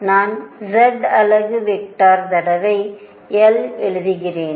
நான் z அலகு vector தடவை l எழுதுகிறேன்